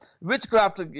Witchcraft